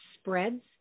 spreads